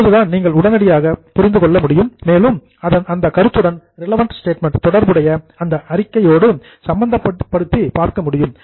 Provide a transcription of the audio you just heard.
அப்போதுதான் நீங்கள் உடனடியாக புரிந்து கொள்ள முடியும் மேலும் அந்த கருத்துடன் ரிலவன்ட் ஸ்டேட்மெண்ட் தொடர்புடைய அந்த அறிக்கையோடு சம்பந்தப்படுத்தி பார்க்க முடியும்